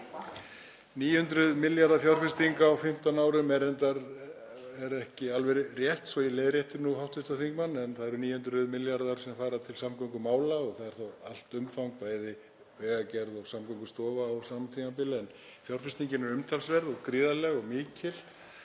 900 milljarða fjárfesting á 15 árum er reyndar ekki alveg rétt, svo ég leiðrétti hv. þingmann. Það eru 900 milljarðar sem fara til samgöngumála, það er þá allt umfang, bæði vegagerð og Samgöngustofa á sama tímabili, en fjárfestingin er umtalsverð og gríðarleg og mikil